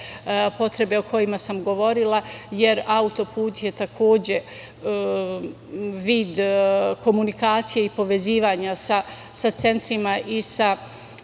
potrebe o kojima sam govorila, jer autoput je takođe vid komunikacije i povezivanja sa centrima i sa